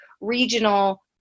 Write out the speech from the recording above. regional